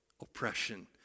oppression